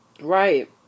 Right